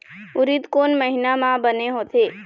उरीद कोन महीना म बने होथे?